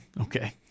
Okay